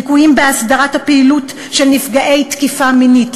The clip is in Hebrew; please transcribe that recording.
ליקויים בהסדרת הפעילות בנוגע לנפגעי תקיפה מינית,